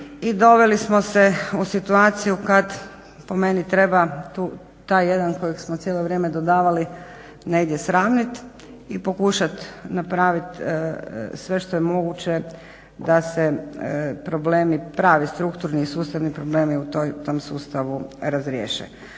doveli smo se u situaciju kada po meni treba taj jedan kojeg smo cijelo vrijeme dodavali negdje sravniti i pokušati napraviti sve što je moguće da se problemi pravi strukturni i sustavni problemi u tom sustavu razriješe.